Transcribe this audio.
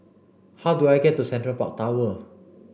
how do I get to Central Park Tower